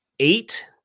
Eight